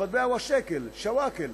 המטבע הוא השקל, שוואכל.